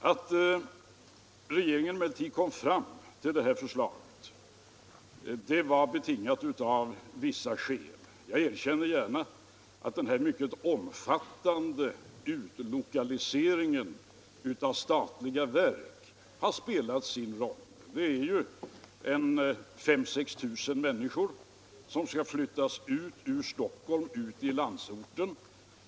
Att regeringen emellertid kom fram till detta förslag hade vissa skäl. Jag erkänner gärna att den mycket omfattande utlokaliseringen av statliga verk har spelat sin roll. Det är ju 5 000-6 000 människor som skall flyttas från Stockholm ut i landsorten.